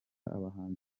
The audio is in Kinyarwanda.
abahanzi